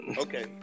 Okay